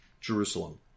Jerusalem